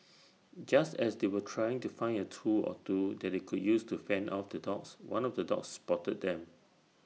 just as they were trying to find A tool or two that they could use to fend off the dogs one of the dogs spotted them